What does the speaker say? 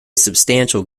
substantial